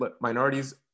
minorities